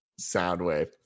Soundwave